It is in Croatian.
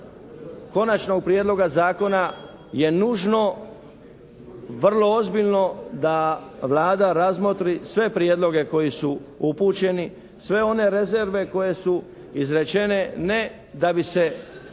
Konačnog prijedlog zakona je nužno vrlo ozbiljno da Vlada razmotri sve prijedloge koji su upućeni, sve one rezerve koje su izrečene ne da bi se dovelo